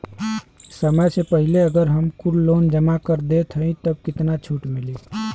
समय से पहिले अगर हम कुल लोन जमा कर देत हई तब कितना छूट मिली?